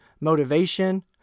motivation